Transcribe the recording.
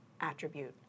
attribute